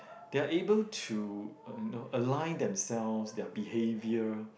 they are able to uh you know align themselves their behaviour